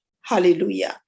hallelujah